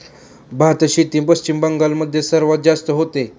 भातशेती पश्चिम बंगाल मध्ये सर्वात जास्त होते